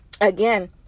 again